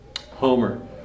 Homer